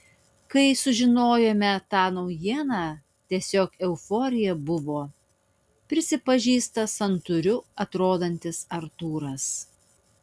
kai sužinojome tą naujieną tiesiog euforija buvo prisipažįsta santūriu atrodantis artūras